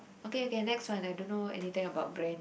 okay okay next one I don't know anything about brand